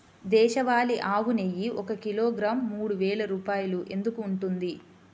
దేశవాళీ ఆవు నెయ్యి ఒక కిలోగ్రాము మూడు వేలు రూపాయలు ఎందుకు ఉంటుంది?